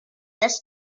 this